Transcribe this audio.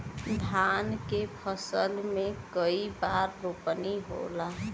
धान के फसल मे कई बार रोपनी होला?